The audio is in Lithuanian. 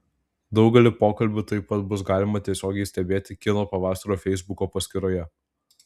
daugelį pokalbių taip pat bus galima tiesiogiai stebėti kino pavasario feisbuko paskyroje